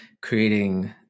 creating